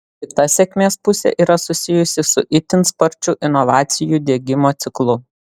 kita sėkmės pusė yra susijusi su itin sparčiu inovacijų diegimo ciklu